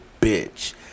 bitch